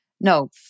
No